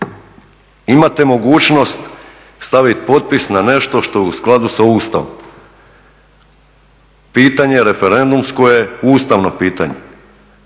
imate mogućnost staviti potpis na nešto što je u skladu sa Ustavom. Pitanje referendumsko je ustavno pitanje,